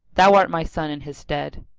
thou art my son in his stead.